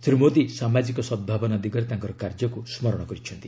ଶ୍ରୀ ମୋଦୀ ସାମାଜିକ ସଦଭାବନା ଦିଗରେ ତାଙ୍କର କାର୍ଯ୍ୟକୁ ସ୍ମରଣ କରିଛନ୍ତି